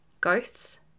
ghosts